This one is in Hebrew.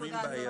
זאת אומרת,